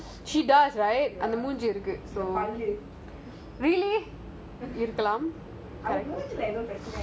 she does right the அந்த மூஞ்சி இருக்கு:antha munji iruku really இருக்கலாம்:irukalam